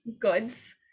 goods